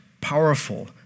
powerful